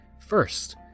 first